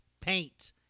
paint